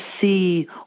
see